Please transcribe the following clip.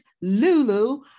Lulu